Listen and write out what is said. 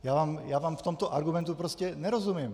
Já vám v tomto argumentu prostě nerozumím.